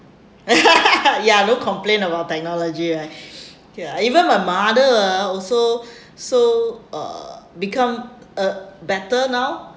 ya don't complain about technology right ya even my mother ah also so uh become uh better now